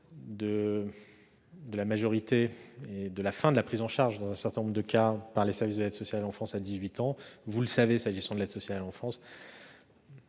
de la majorité, c'est-à-dire de la fin de la prise en charge dans un certain nombre de cas par les services de l'aide sociale à l'enfance à 18 ans, soulève, s'agissant de l'aide sociale à l'enfance,